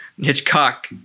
Hitchcock